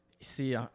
See